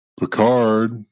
Picard